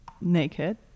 naked